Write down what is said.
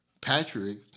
Patrick